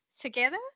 together